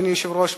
אדוני היושב-ראש,